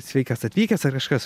sveikas atvykęs ar kažkas